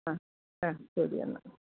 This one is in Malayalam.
അ അ ശരിയെന്നാൽ